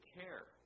care